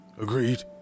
agreed